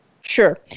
Sure